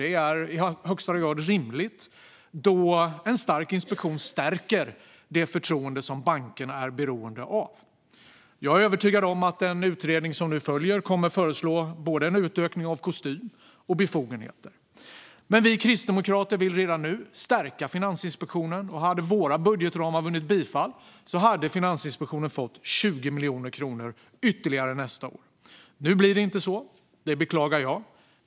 Detta är i högsta grad rimligt, då en stark inspektion stärker det förtroende som bankerna är beroende av. Jag är övertygad om att den utredning som nu följer kommer att föreslå en utökning av både kostym och befogenheter. Men vi kristdemokrater vill redan nu stärka Finansinspektionen, och hade våra budgetramar vunnit bifall hade Finansinspektionen fått 20 miljoner kronor ytterligare nästa år. Nu blir det inte så, och det beklagar jag.